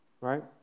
Right